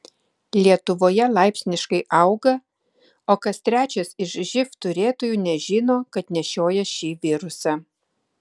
lietuvoje laipsniškai auga o kas trečias iš živ turėtojų nežino kad nešioja šį virusą